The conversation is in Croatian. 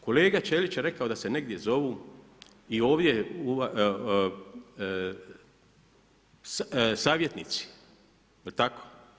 Kolega Ćelić je rekao da se negdje zovu i ovdje savjetnici jel' tako?